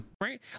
Right